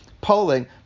polling